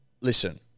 listen